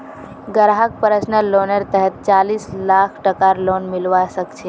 ग्राहकक पर्सनल लोनेर तहतत चालीस लाख टकार लोन मिलवा सके छै